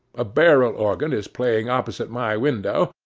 a barrel organ is playing opposite my window,